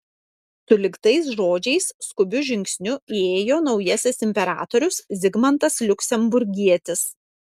sulig tais žodžiais skubiu žingsniu įėjo naujasis imperatorius zigmantas liuksemburgietis